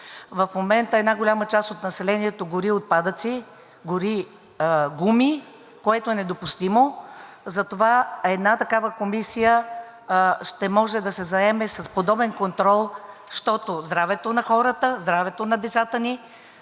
В момента една голяма част от населението гори отпадъци, гори гуми, което е недопустимо, и затова една такава комисия ще може да се заеме с подобен контрол, защото здравето на хората, здравето на децата ни